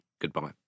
goodbye